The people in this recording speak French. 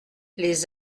les